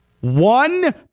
One